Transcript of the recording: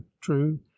true